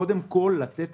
קודם כול, לתת